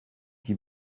qui